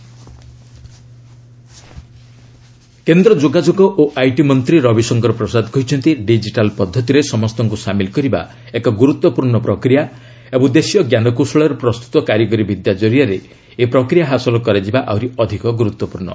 ପ୍ରସାଦ digital କେନ୍ଦ୍ର ଯୋଗାଯୋଗ ଓ ଆଇଟି ମନ୍ତ୍ରୀ ରବିଶଙ୍କର ପ୍ରସାଦ କହିଛନ୍ତି ଡିଜିଟାଲ୍ ପଦ୍ଧତିରେ ସମସ୍ତଙ୍କୁ ସାମିଲ କରିବା ଏକ ଗୁରୁତ୍ୱପୂର୍ଣ୍ଣ ପ୍ରକ୍ରିୟା ଏବଂ ଦେଶୀୟ ଜ୍ଞାନକୌଶଳରେ ପ୍ରସ୍ତୁତ କାରିଗରୀ ବିଦ୍ୟା ଜରିଆରେ ଏହି ପ୍ରକ୍ରିୟା ହାସଲ କରାଯିବା ଆହୁରି ଅଧିକ ଗୁରୁତ୍ୱପୂର୍ଣ୍ଣ